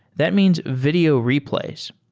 that means video replays.